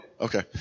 Okay